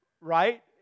Right